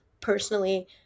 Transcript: personally